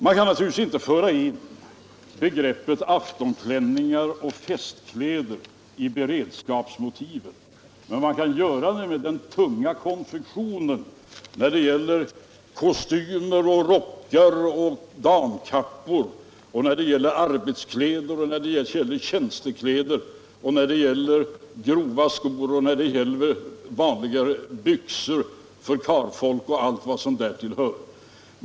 Man kan naturligtvis inte föra in begreppet aftonklänningar och festkläder i beredskapsmotivet, men man kan göra det med den tunga konfektionen: kostymer, rockar, damkappor, arbetskläder, tjänstekläder, grova skor, vanliga byxor o. d.